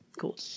Cool